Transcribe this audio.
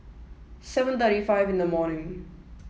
seven thirty five in the morning